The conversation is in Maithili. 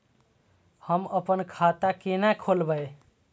हम अपन खाता केना खोलैब?